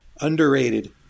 Underrated